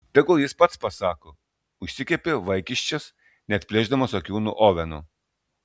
tegu jis pats pasako užsikepė vaikiščias neatplėšdamas akių nuo oveno